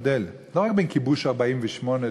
זה בעצם כל הרעיון של הצעת החוק הזאת,